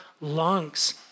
lungs